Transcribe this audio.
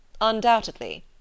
Undoubtedly